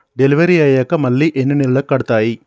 Delivery అయ్యాక మళ్ళీ ఎన్ని నెలలకి కడుతాయి?